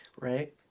right